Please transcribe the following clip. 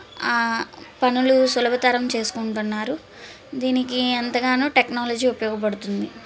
ఆ పనులు సులభతరం చేసుకుంటున్నారు దీనికి ఎంతగానో టెక్నాలజీ ఉపయోగపడుతుంది